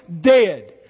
dead